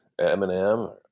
Eminem